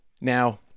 Now